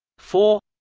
four